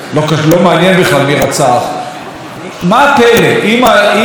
אם הדברים באים מהראש, מה הפלא שזה מגיע עד לשם?